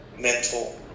mental